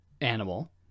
animal